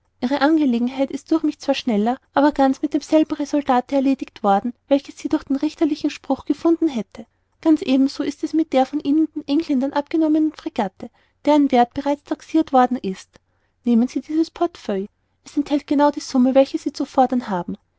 ihre angelegenheit ist durch mich zwar schneller aber ganz mit demselben resultate erledigt worden welches sie durch den richterlichen spruch gefunden hätte ganz ebenso ist es mit der von ihnen den engländern abgenommenen fregatte deren werth bereits taxirt worden ist nehmen sie dieses portefeuille es enthält genau die summe welche sie zu fordern haben